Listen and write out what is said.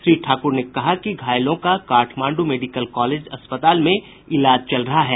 श्री ठाक्र ने बताया कि घायलों का काठमांड् मेडिकल कॉलेज में इलाज चल रहा है